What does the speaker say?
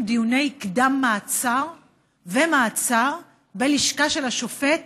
דיוני קדם-מעצר ומעצר בלשכה של השופט,